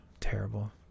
Terrible